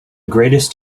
greatest